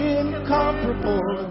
incomparable